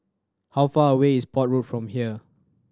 how far away is Port Road from here